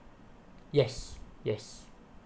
yes yes